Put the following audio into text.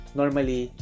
normally